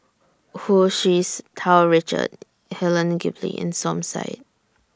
Hu Tsu Tau Richard Helen Gilbey and Som Said